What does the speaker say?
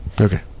okay